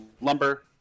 lumber